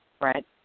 right